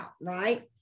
right